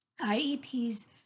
IEPs